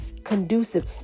conducive